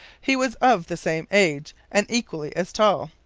he was of the same age, and equally as tall.